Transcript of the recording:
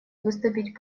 выступить